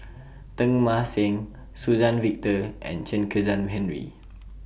Teng Mah Seng Suzann Victor and Chen Kezhan Henri